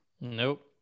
Nope